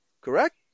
Correct